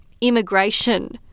Immigration